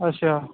ਅੱਛਾ